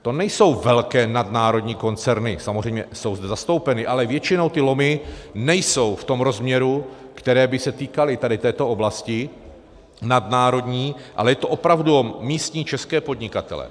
To nejsou velké nadnárodní koncerny, samozřejmě jsou zde zastoupeny, ale většinou ty lomy nejsou v tom rozměru, které by se týkaly této oblasti, nadnárodní, ale jde tu opravdu o místní české podnikatele.